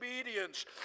obedience